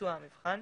ביצוע המבחן,